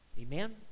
Amen